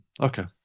Okay